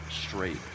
straight